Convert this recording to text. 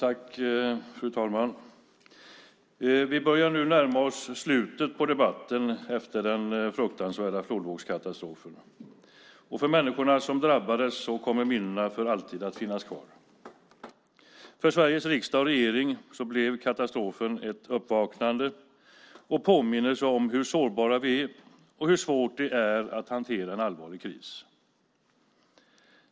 Fru talman! Vi börjar nu närma oss slutet på debatten efter den fruktansvärda flodvågskatastrofen. För människorna som drabbades kommer minnena för alltid att finnas kvar. För Sveriges riksdag och regering blev katastrofen ett uppvaknande och en påminnelse om hur sårbara vi är och hur svårt det är att hantera en allvarlig kris.